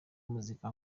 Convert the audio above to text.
muzika